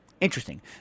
Interesting